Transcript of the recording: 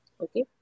okay